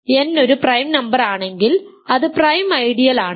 n ഒരു prime നമ്പറാണെങ്കിൽ അത് പ്രൈം ഐഡിയൽ ആണ്